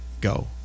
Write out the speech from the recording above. go